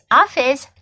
office